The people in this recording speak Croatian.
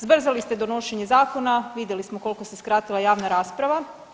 Zbrzali ste donošenje zakona, vidjeli smo koliko se skratila javna rasprava.